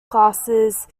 classes